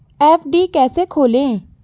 FD कैसे खोलें?